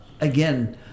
again